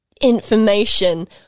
information